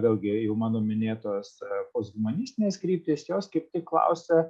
vėlgi jau mano minėtojo posthumanistinės krypties jos kaip tik klausia